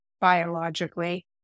biologically